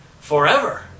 forever